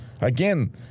Again